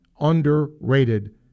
underrated